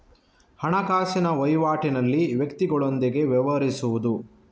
ಹಣಕಾಸಿನ ವಹಿವಾಟಿನಲ್ಲಿ ವ್ಯಕ್ತಿಗಳೊಂದಿಗೆ ವ್ಯವಹರಿಸುವುದು